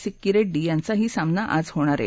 सिक्की रेड्डी यांचाही सामना आज होणार आहे